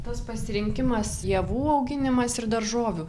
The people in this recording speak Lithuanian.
tas pasirinkimas javų auginimas ir daržovių